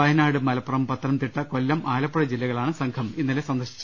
വയനാട് മലപ്പുറം പത്തനംതിട്ട കൊല്ലം ആലപ്പുഴ ജില്ലകളാണ് സംഘം ഇന്നലെ സന്ദർശിച്ചത്